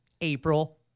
April